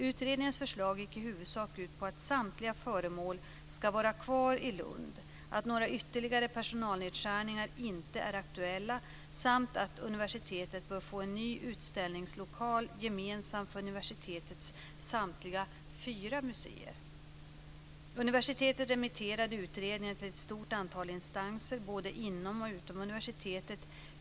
Utredningens förslag gick i huvudsak ut på att samtliga föremål ska vara kvar i Lund, att några ytterligare personalnedskärningar inte är aktuella samt att universitetet bör få en ny utställningslokal gemensam för universitetets samtliga fyra museer. Universitetet remitterade utredningen till ett stort antal instanser, både inom och utom universitetet.